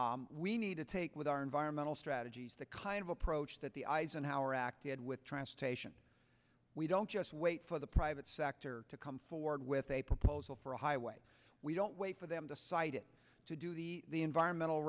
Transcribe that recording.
we need to take with our environmental strategies the kind of approach that the eisenhower acted with transportation we don't just wait for the private sector to come forward with a proposal for a highway we don't wait for them to cite it to do the the environmental